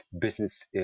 business